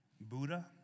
Buddha